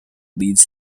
leads